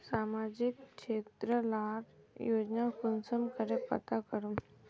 सामाजिक क्षेत्र लार योजना कुंसम करे पता करूम?